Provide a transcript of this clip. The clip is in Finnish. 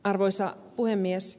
arvoisa puhemies